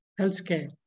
healthcare